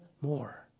more